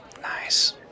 Nice